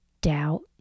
Doubt